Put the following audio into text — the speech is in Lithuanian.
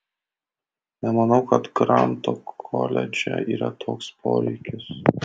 nemanau kad granto koledže yra toks poreikis